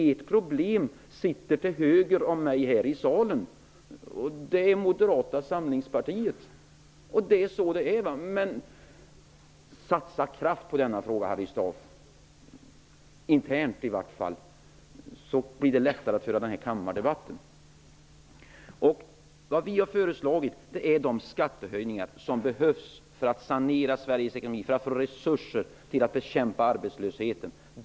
Ert problem sitter till höger om mig här i kammaren, nämligen Moderata samlingspartiet. Satsa kraft på denna fråga, Harry Staaf, internt i varje fall, så blir det lättare att föra kammardebatten. Vi har föreslagit de skattehöjningar som behövs för att sanera Sveriges ekonomi och för att skapa resurser till att bekämpa arbetslösheten.